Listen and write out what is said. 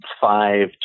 five